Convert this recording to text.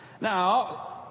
now